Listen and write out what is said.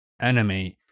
anime